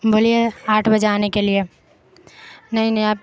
بولیے آٹھ بجے آنے کے لیے نہیں نہیں